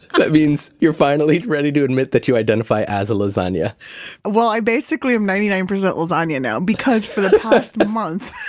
that means you're finally ready to admit that you identify as a lasagna well, i basically am ninety nine percent lasagna now because for the past month